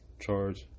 charge